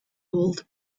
old